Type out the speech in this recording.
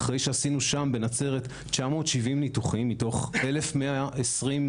אחריש עשינו בנצרת 970 ניתוחים מתוך 1,128